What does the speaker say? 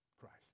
Christ